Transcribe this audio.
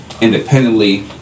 independently